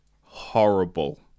horrible